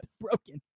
broken